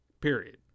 Period